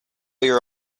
your